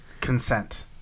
consent